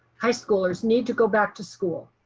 high schoolers need to go back to school.